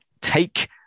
take